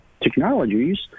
technologies